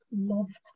loved